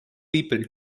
people